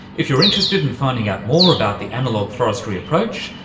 if you're interested in finding out more about the analogue forestry approach,